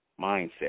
mindset